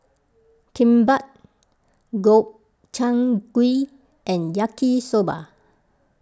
Kimbap Gobchang Gui and Yaki Soba